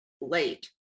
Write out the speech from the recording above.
late